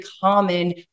common